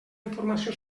informació